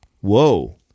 whoa